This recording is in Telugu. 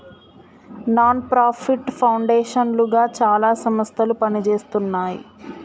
నాన్ ప్రాఫిట్ పౌండేషన్ లుగా చాలా సంస్థలు పనిజేస్తున్నాయి